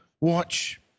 Watch